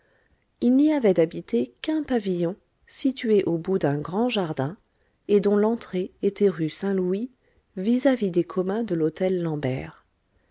il n'y avait d'habité qu'un pavillon situé au bout d'un grand jardin et dont l'entrée était rue saint-louis vis-à-vis des communs de l'hôtel lambert